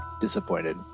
disappointed